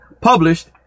published